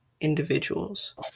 individuals